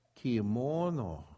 kimono